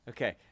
Okay